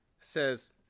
says